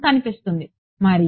కనిపిస్తుంది మరియు